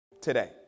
today